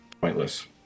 pointless